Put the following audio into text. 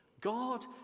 God